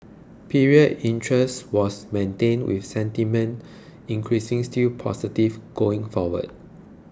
period interest was maintained with sentiment increasing still positive going forward